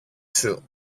σου